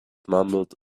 mumbled